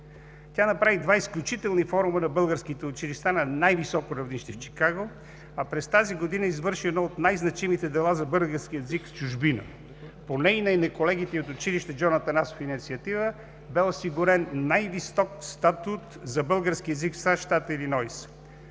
Тя направи два изключителни форума на българските училища на най-високо равнище в Чикаго, а през тази година извърши едно от най-значимите дела за българския език в чужбина – по нейна и на колегите ѝ от училище „Джон Атанасов“ инициатива бе осигурен най-висок статут за българския език в САЩ, щата Илинойс.